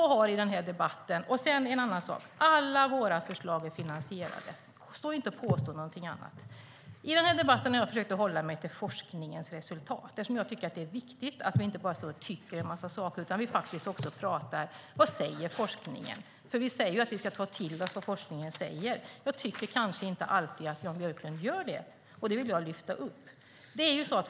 Sedan är det en annan sak: Alla våra förslag är finansierade. Stå inte och påstå någonting annat. I den här debatten har jag försökt att hålla mig till forskningens resultat, eftersom jag tycker att det är viktigt att vi inte bara tycker en massa saker utan också pratar om vad forskningen säger. Vi säger ju att vi ska ta till oss vad forskningen säger. Jag tycker kanske inte alltid att Jan Björklund gör det, och det vill jag lyfta upp.